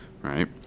right